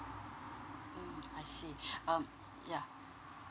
um I see um yeah